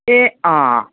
ऐ हां